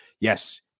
Yes